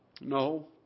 No